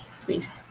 please